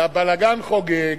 והבלגן חוגג.